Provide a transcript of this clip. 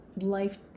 life